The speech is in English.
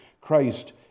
Christ